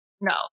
No